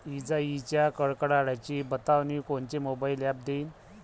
इजाइच्या कडकडाटाची बतावनी कोनचे मोबाईल ॲप देईन?